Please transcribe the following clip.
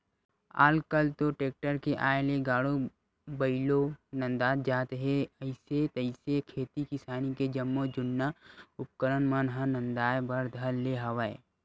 आल कल तो टेक्टर के आय ले गाड़ो बइलवो नंदात जात हे अइसे तइसे खेती किसानी के जम्मो जुन्ना उपकरन मन ह नंदाए बर धर ले हवय